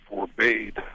forbade